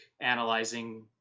analyzing